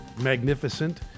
magnificent